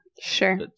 Sure